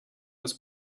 this